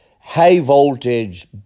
high-voltage